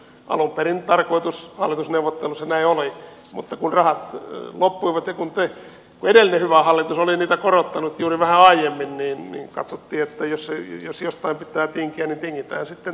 alun perin tarkoitus hallitusneuvotteluissa näin oli mutta kun rahat loppuivat ja kun te edellinen hyvä hallitus olitte niitä korottaneet juuri vähän aiemmin niin katsottiin että jos jostain pitää tinkiä niin tingitään sitten tästä